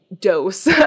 dose